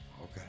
Okay